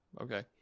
Okay